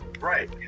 Right